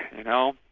you know,